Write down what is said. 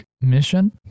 mission